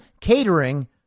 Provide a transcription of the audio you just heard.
catering